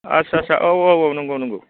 आच्छा आच्छा औ औ नंगौ नंगौ